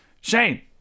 shane